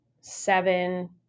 seven